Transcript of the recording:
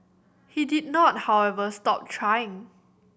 he did not however stop trying